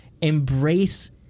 embrace